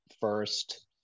first